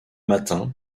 matin